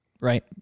right